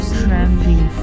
tramping